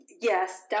Yes